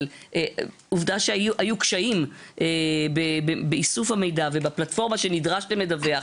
אבל עובדה שהיו קשיים באיסוף המידע ובפלטפורמה שנדרשתם לדווח.